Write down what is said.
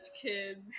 kids